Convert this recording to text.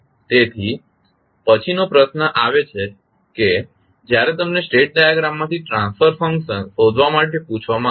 તેથી હવે પછીનો પ્રશ્ન આવે છે જ્યારે તમને સ્ટેટ ડાયાગ્રામમાંથી ટ્રાન્સફર ફંક્શન શોધવા માટે પૂછવામાં આવે છે